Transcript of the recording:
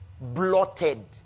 Blotted